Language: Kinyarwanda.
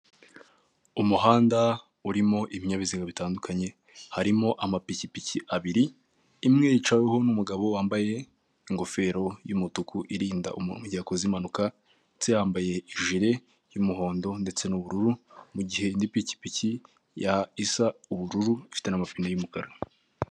Umuhanda urimo ibinyabiziga bitandukanye, harimo amapikipiki abiri, imwe yicaweho n'umugabo wambaye ingofero y'umutuku irinda umuntu mu gihe akoze impanuka, ndetse yambaye ijire y'umuhondo ndetse n'ubururu, mu gihe indi pikipiki isa ubururu ifite n'amapine y'umukara.